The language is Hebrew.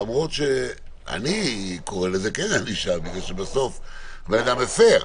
למרות שאני קורא לזה כן ענישה בגלל שבסוף בן אדם הפר.